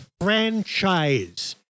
franchise